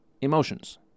emotions